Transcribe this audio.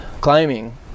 climbing